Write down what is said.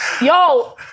Yo